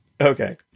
Okay